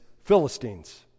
Philistines